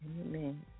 Amen